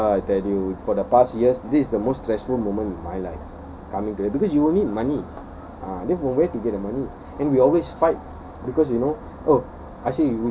ah I tell you for the past years this is the most stressful moment in my life because you will need money ah then from where to get the money and we always fight because you know oh